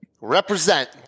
Represent